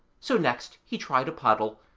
so next he tried a puddle,